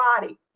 body